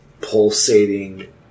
pulsating